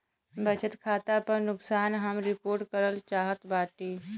बचत खाता पर नुकसान हम रिपोर्ट करल चाहत बाटी